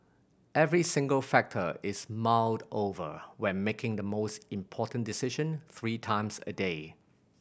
every single factor is mulled over when making the most important decision three times a day